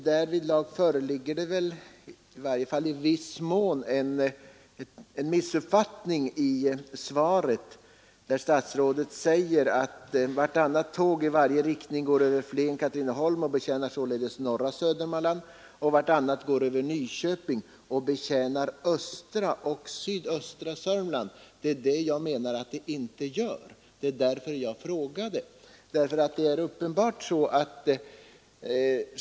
Det föreligger väl i viss mån en missuppfattning i svaret, då statsrådet säger: ”Vartannat tåg i varje riktning går över Flen-—Katrineholm och betjänar således norra Södermanland, och vartannat går över Nyköping och betjänar östra och sydöstra Södermanland.” Det menar jag att det inte gör, och det är därför som jag har frågat.